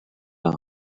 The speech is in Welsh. ladd